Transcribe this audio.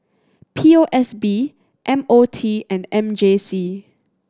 P O S B M O T and M J C